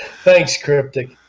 thank scripting